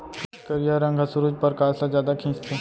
करिया रंग ह सुरूज परकास ल जादा खिंचथे